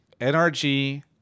NRG